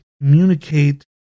Communicate